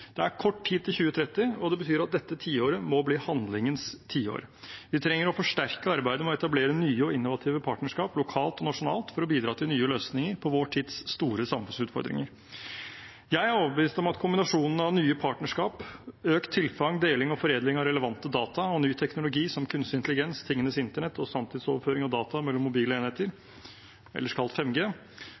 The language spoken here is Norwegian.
Det er kort tid til 2030, og det betyr at dette tiåret må bli handlingens tiår. Vi trenger å forsterke arbeidet med å etablere nye og innovative partnerskap lokalt og nasjonalt for å bidra til nye løsninger på vår tids store samfunnsutfordringer. Jeg er overbevist om at kombinasjonen av nye partnerskap, økt tilfang, deling og foredling av relevante data, og ny teknologi, som kunstig intelligens, tingenes internett og sanntidsoverføring av data mellom mobile enheter,